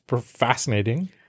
fascinating